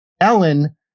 Ellen